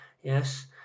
yes